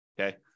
Okay